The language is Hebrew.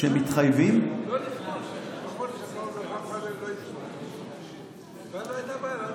שיחתמו שאף אחד מהם לא יפרוש ואז לא תהיה בעיה.